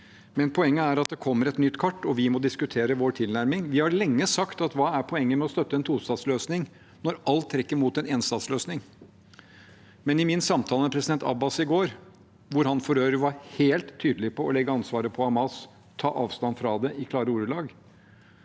men poenget er at det kommer et nytt kart, og vi må diskutere vår tilnærming. Man har lenge sagt: Hva er poenget med å støtte en tostatsløsning når alt trekker mot en enstatsløsning? I min samtale med president Abbas i går – da han for øvrig var helt tydelig på å legge ansvaret på Hamas og ta avstand fra det i klare ordelag